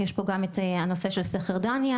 יש פה גם את הנושא של סכר דגניה,